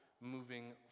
moving